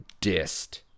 dissed